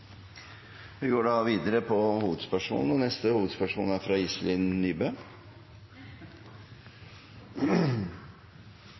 Vi går videre til neste hovedspørsmål. Fra